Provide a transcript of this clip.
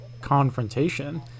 confrontation